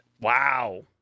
wow